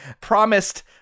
promised